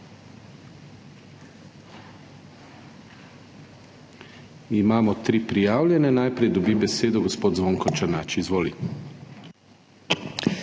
Imamo tri prijavljene. Najprej dobi besedo gospod Zvonko Černač. Izvoli.